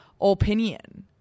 opinion